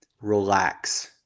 relax